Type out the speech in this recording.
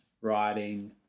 writing